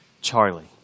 Charlie